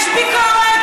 יש ביקורת.